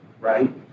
right